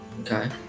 Okay